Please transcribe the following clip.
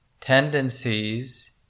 tendencies